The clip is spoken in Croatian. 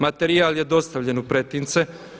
Materijal je dostavljen u pretince.